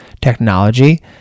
technology